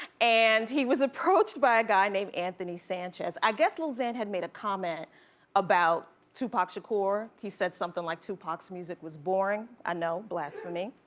and he was approached by a guy named anthony sanchez. i guess lil xan and had made a comment about tupac shakur. he said something like tupacs music was boring. i know blasphemy.